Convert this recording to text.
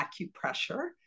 acupressure